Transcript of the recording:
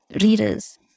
readers